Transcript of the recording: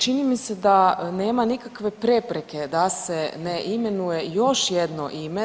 Čini mi se da nema nikakve prepreke da se ne imenuje još jedno ime.